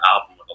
album